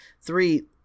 Three